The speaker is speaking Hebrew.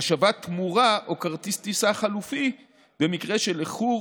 השבת תמורה או כרטיס טיסה חלופי במקרה של איחור